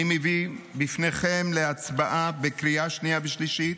אני מביא בפניכם להצבעה בקריאה שנייה ושלישית,